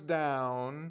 down